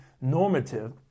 normative